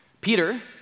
Peter